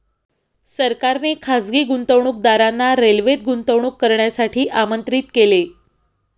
सरकारने खासगी गुंतवणूकदारांना रेल्वेत गुंतवणूक करण्यासाठी आमंत्रित केले